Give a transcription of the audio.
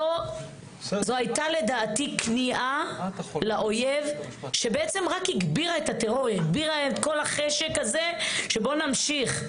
זו הייתה לדעתי כניעה לאויב שבעצם רק הגבירה את כל החשק הזה להמשיך.